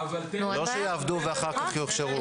לא שיעבדו ואחר כך יוכשרו.